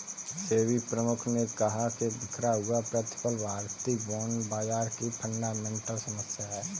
सेबी प्रमुख ने कहा कि बिखरा हुआ प्रतिफल भारतीय बॉन्ड बाजार की फंडामेंटल समस्या है